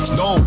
no